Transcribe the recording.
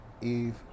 Eve